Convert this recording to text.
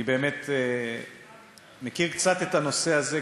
אני באמת מכיר קצת את הנושא הזה,